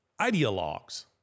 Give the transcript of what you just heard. ideologues